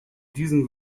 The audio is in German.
diesen